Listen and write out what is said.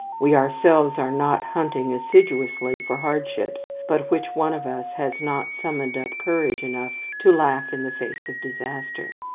we ourselves are not hunting assiduously for hardships but which one of us has not summoned up courage enough to laugh in the face of disaster?